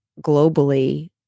globally